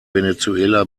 venezuela